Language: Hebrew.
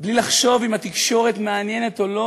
ובלי לחשוב אם התקשורת מעוניינת או לא,